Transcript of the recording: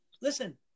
Listen